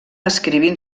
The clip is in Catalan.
escrivint